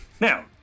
Now